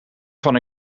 van